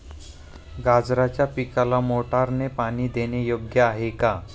गाजराच्या पिकाला मोटारने पाणी देणे योग्य आहे का?